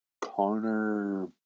Connor